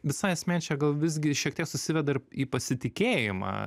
visa esmė čia gal visgi šiek tiek susiveda ir į pasitikėjimą